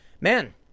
Man